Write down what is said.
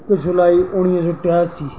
हिकु जुलाई उणिवीह सौ टियासी